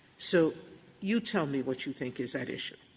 so you tell me what you think is at issue.